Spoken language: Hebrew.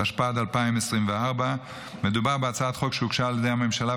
התשפ"ד 2024. מדובר בהצעת חוק שהוגשה על ידי הממשלה,